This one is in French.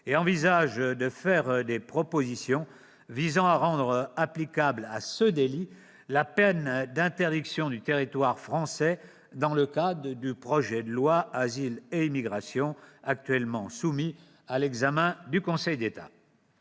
Il envisage de faire des propositions visant à rendre applicable à ce délit la peine d'interdiction du territoire français, dans le cadre du projet de loi Asile et immigration, lequel est actuellement soumis à l'examen du Conseil d'État.